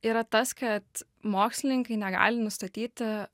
yra tas kad mokslininkai negali nustatyti